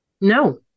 No